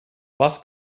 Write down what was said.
was